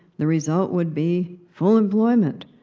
the result would be full employment.